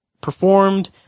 performed